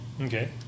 Okay